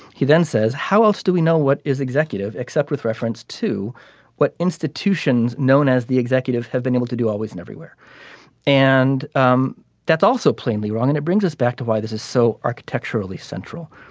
he then says how else do we know what is executive except with reference to what institutions known as the executive have been able to do always and everywhere and um that's also plainly wrong and it brings us back to why this is so architecturally central.